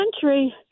country—